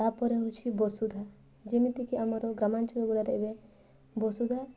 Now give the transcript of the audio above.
ତା'ପରେ ହେଉଛି ବସୁଧା ଯେମିତିକି ଆମର ଗ୍ରାମାଞ୍ଚଳ ଗୁଡ଼ାକରେ ଏବେ ବସୁଧା